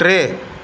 टे